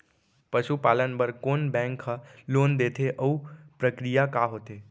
पसु पालन बर कोन बैंक ह लोन देथे अऊ प्रक्रिया का होथे?